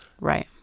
Right